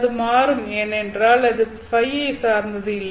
அது மாறும் ஏனென்றால் அது ϕ யை சார்ந்து இல்லை